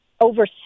over